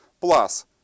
plus